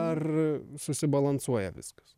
ar susibalansuoja viskas